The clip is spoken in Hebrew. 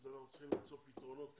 אז אנחנו צריכים למצוא פתרונות כרגע,